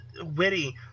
witty